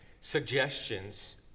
suggestions